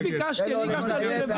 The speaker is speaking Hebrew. אני הגשתי על זה רביזיה.